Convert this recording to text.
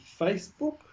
Facebook